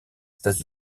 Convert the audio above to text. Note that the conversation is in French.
états